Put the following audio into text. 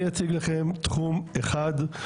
אני אציג לכם תחום אחד,